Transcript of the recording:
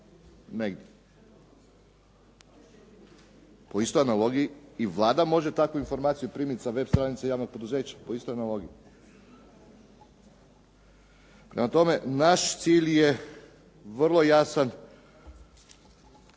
negdje. Po istoj analogiji i Vlada može takvu informaciju primiti sa web stranice javnog poduzeća po istoj analogiji. Prema tome, naš cilj je vrlo jasan.